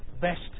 best